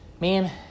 man